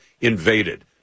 Invaded